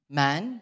man